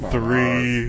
Three